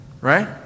right